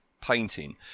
Painting